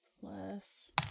plus